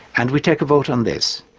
and we take a vote on this,